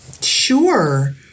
Sure